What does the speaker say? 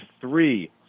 three